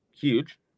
huge